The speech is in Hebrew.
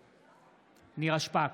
נגד נירה שפק,